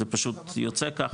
זה פשוט יוצא ככה,